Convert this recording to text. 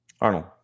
Arnold